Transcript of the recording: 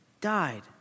died